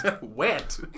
Wet